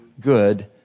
good